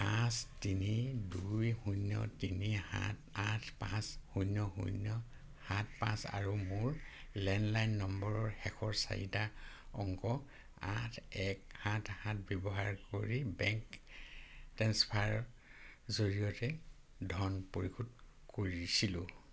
পাঁচ তিনি দুই শূন্য তিনি সাত আঠ পাঁচ শূন্য শূন্য সাত পাঁচ আৰু মোৰ লেণ্ডলাইন নম্বৰৰ শেষৰ চাৰিটা অংক আঠ এক সাত সাত ব্যৱহাৰ কৰি বেংক ট্ৰেন্সফাৰৰ জৰিয়তে ধন পৰিশোধ কৰিছিলো